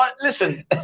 Listen